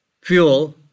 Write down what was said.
fuel